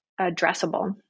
addressable